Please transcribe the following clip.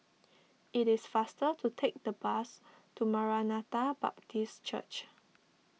it is faster to take the bus to Maranatha Baptist Church